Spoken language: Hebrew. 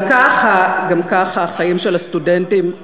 גם ככה החיים של הסטודנטים,